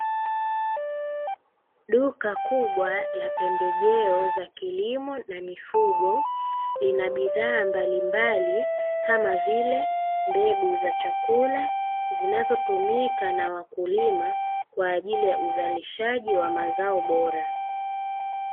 Duka kubwa la pembejeo za kilimo na mifugo lina bidhaa mbalimbali kama vile mbegu za chakula, zinazotumika na wakulima kwa ajili ya uzalishaji wa mazao bora.